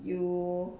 you